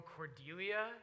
Cordelia